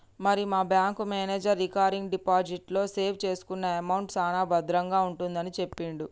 మరి మా bank manager recurring deposit లో సేవ్ చేసుకున్న అమౌంట్ సాన భద్రంగా ఉంటుందని సెప్పిండు